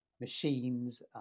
machines